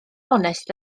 onest